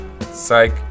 Psych